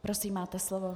Prosím, máte slovo.